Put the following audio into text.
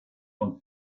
und